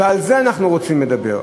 ועל זה אנחנו רוצים לדבר.